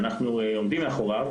שאנחנו עומדים מאחוריו